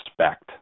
respect